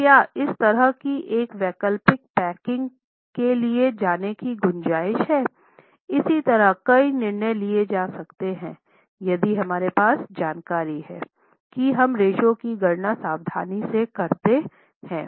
तो क्या इस तरह की एक वैकल्पिक पैकिंग के लिए जाने की गुंजाईश है इसी तरह कई निर्णय लिए जा सकते हैं यदि हमारे पास जानकारी हैं की हम रेश्यो की गणना सावधानी से करते हैं